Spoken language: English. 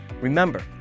remember